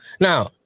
Now